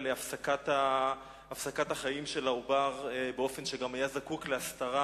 להפסקת החיים של העובר באופן שגם היה זקוק להסתרה,